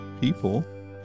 people